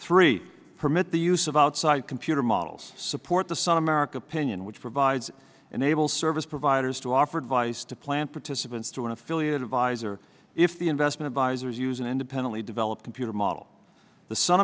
three permit the use of outside computer models support the sun america opinion which provides an able service providers to offer advice to plan participants to an affiliated advisor if the investment advisors using independently developed computer model the sun